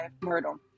Myrtle